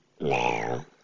now